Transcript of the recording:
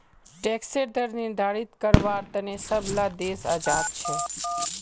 टैक्सेर दर निर्धारित कारवार तने सब ला देश आज़ाद छे